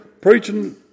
Preaching